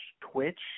Twitch